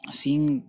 seeing